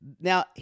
Now